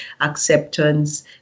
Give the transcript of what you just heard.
acceptance